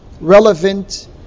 relevant